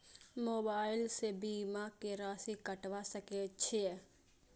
Mobile से बीमा के राशि कटवा सके छिऐ?